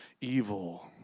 evil